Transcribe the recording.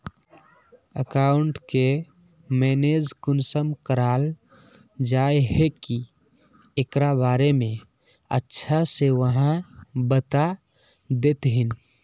Account के manage कुंसम कराल जाय है की एकरा बारे में अच्छा से आहाँ बता देतहिन?